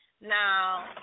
Now